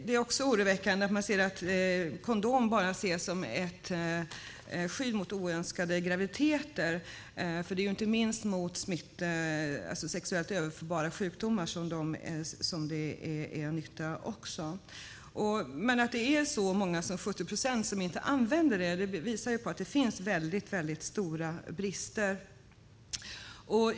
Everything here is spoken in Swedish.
Det är också oroväckande att kondom bara ses som ett skydd mot oönskade graviditeter eftersom den är till nytta inte minst mot sexuellt överförbara sjukdomar. Men att det är så många som 70 procent som inte använder kondom visar att det finns väldigt stora brister.